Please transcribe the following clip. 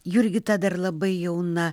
jurgita dar labai jauna